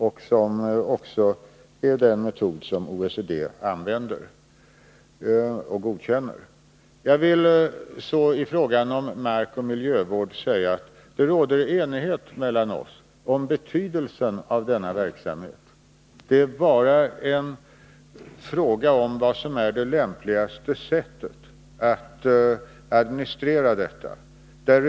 Det är också en metod som OECD godkänner. Jag vill i ftråga om markoch miljövård säga, att det råder enighet mellan oss om betydelsen av denna verksamhet. Det är bara fråga om vad som är det lämpligaste sättet att administrera dessa pengar.